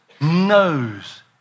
knows